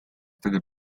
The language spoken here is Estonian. tõdeb